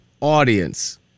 Audience